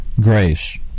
grace